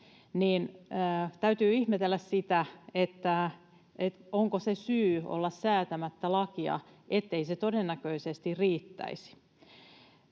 Täytyy ihmetellä sitä, onko se syy olla säätämättä lakia, ettei se todennäköisesti riittäisi.